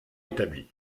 établi